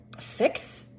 fix